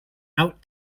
out